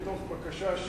מתוך בקשה,